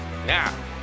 Now